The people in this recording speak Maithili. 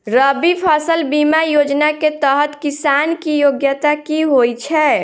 रबी फसल बीमा योजना केँ तहत किसान की योग्यता की होइ छै?